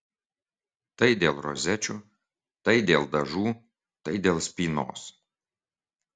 tai dėl rozečių tai dėl dažų tai dėl spynos